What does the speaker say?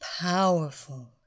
powerful